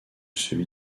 celui